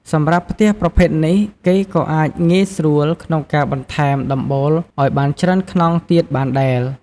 សម្រាប់ផ្ទះប្រភេទនេះគេក៏អាចងាយស្រួលក្នុងការបន្ថែមដំបូលឱ្យបានច្រើនខ្នងទៀតបានដែល។